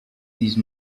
these